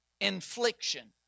infliction